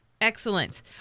Excellent